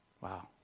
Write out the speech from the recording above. Wow